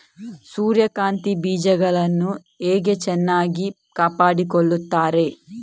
ಸೂರ್ಯಕಾಂತಿ ಬೀಜಗಳನ್ನು ಹೇಗೆ ಚೆನ್ನಾಗಿ ಕಾಪಾಡಿಕೊಳ್ತಾರೆ?